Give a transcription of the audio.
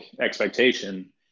expectation